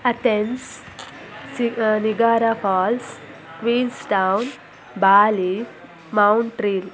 Athens ಸಿ Niagara falls Queenstown Bali Montreal